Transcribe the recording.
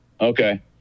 Okay